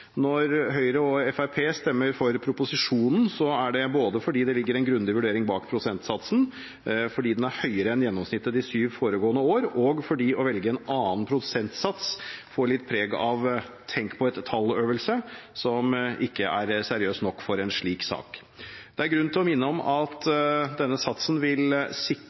Når Høyre og Fremskrittspartiet stemmer for proposisjonen, er det både fordi det ligger en grundig vurdering bak prosentsatsen, fordi den er høyere enn gjennomsnittet de syv foregående år, og fordi det å velge en annen prosentsats får litt preg av en tenk-på-et-tall-øvelse, noe som ikke er seriøst nok for en slik sak. Det er grunn til å minne om at denne satsen vil